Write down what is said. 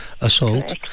assault